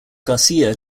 garcia